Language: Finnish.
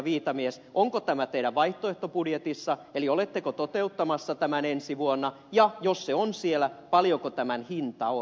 viitamies onko tämä teidän vaihtoehtobudjetissanne eli oletteko toteuttamassa tämän ensi vuonna ja jos se on siellä paljonko tämän hinta on